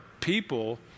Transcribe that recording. People